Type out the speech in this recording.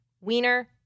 wiener